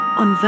on